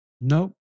nope